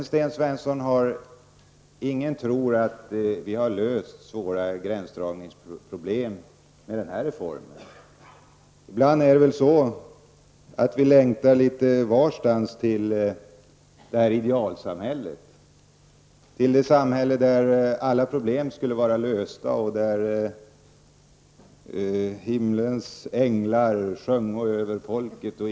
Ingen tror att vi har löst svåra gränsdragningsproblem med denna reform. Ibland längtar vi litet var till idealsamhället där alla problem skulle vara lösta och där himmelens änglar sjunger över folket.